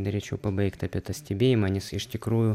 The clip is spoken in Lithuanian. norėčiau pabaigt apie tą stebėjimą nes iš tikrųjų